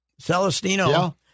Celestino